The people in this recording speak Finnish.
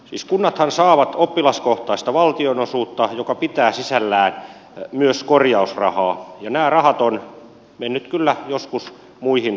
siis kunnathan saavat oppilaskohtaista valtionosuutta joka pitää sisällään myös korjausrahaa ja nämä rahat ovat menneet kyllä joskus muihin tarkoituksiin